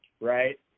Right